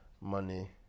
money